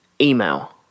email